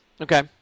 Okay